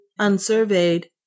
unsurveyed